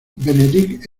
benedict